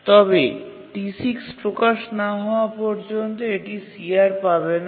তবে T6 প্রকাশ না হওয়া পর্যন্ত এটি CR পাবে না